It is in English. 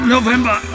November